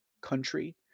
country